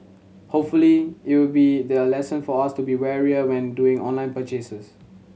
hopefully you'll be their lesson for us to be warier when doing online purchases